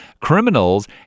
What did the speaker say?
criminals